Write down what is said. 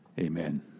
Amen